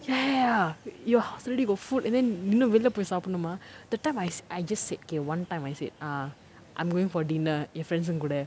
ya ya your house already got food and then இன்னும் வெளிய போய் சாப்டனுமா:innum veliya poi saapdanumaa supper that time I s~ I just said okay one time I said ah I'm going for dinner என்:en friends இங்க கூட:inga kooda